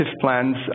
plans